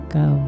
go